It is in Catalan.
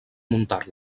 muntar